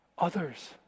Others